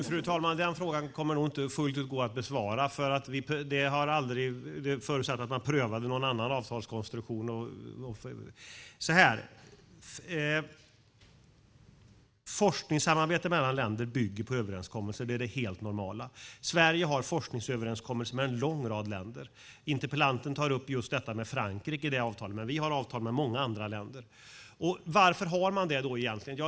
Fru talman! Den frågan kommer nog inte att fullt ut gå att besvara. Det förutsätter att man prövar avtalskonstruktioner. Forskningssamarbete mellan länder bygger på överenskommelser. Det är det helt normala. Sverige har forskningsöverenskommelser med en lång rad länder. Interpellanten tar upp just detta med Frankrike, men vi har avtal med många andra länder. Varför har man det egentligen?